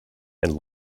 and